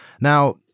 Now